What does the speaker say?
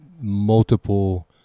Multiple